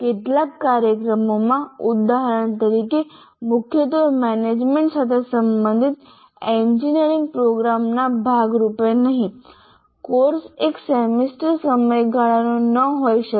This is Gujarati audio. કેટલાક કાર્યક્રમોમાં ઉદાહરણ તરીકે મુખ્યત્વે મેનેજમેન્ટ સાથે સંબંધિત એન્જિનિયરિંગ પ્રોગ્રામના ભાગરૂપે નહીં કોર્સ એક સેમેસ્ટર સમયગાળાનો ન હોઈ શકે